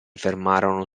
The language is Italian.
fermarono